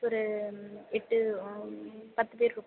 ஒரு எட்டு ஆ பத்து பேர் இருக்கோம்